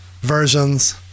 versions